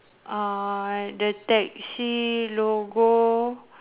the taxi logo